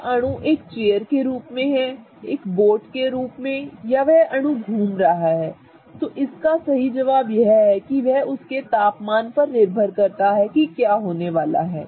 क्या अणु एक चेयर के रूप में है बोट के रूप में या अणु घूम रहा है और इस सवाल का सही जवाब उस तापमान पर निर्भर करता है कि क्या होने वाला है